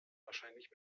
wahrscheinlich